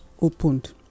opened